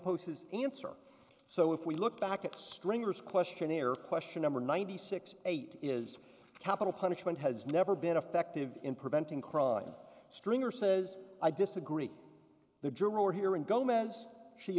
his answer so if we look back at stringers questionnaire question number ninety six eight is capital punishment has never been effective in preventing crime stringer says i disagree the